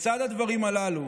לצד הדברים הללו,